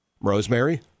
Rosemary